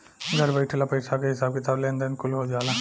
घर बइठल पईसा के हिसाब किताब, लेन देन कुल हो जाला